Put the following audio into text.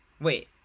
wait